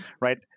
Right